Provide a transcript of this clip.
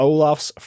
Olaf's